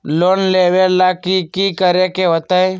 Loan लेबे ला की कि करे के होतई?